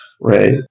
Right